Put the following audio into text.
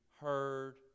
heard